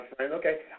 Okay